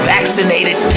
Vaccinated